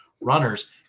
runners